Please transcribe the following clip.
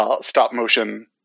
stop-motion